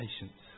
patience